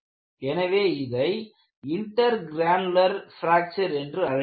எனவே இதை intergranular fracture என்று அழைக்கலாம்